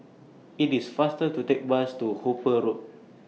IT IS faster to Take Bus to Hooper Road